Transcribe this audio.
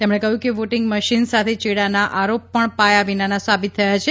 તેમણે કહ્યું કે વોટીંગ મશીન સાથે ચેડાંના આરોપ પણ પાયા વિનાના સાબિત થયા છે